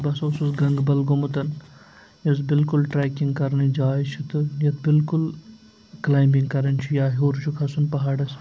بہٕ ہَسا اوسُس گَنٛگبَل گوٚمُتَن یۄس بالکُل ٹرٛیکِنٛگ کَرنٕچ جاے چھِ تہٕ یُتھ بالکُل کٕلایمبِنٛگ کَران چھِ یا ہیوٚر چھُ کھَسُن پہاڑَس